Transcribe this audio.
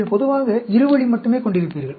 நீங்கள் பொதுவாக இரு வழி மட்டுமே கொண்டிருப்பீர்கள்